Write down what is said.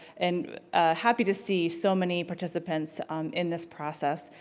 and happy to see so many participants in this process.